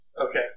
okay